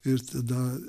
ir tada